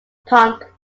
punk